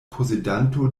posedanto